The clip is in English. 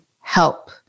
help